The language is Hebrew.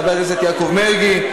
חבר הכנסת יעקב מרגי,